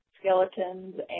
skeletons